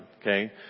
Okay